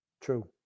True